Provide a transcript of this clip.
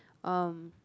um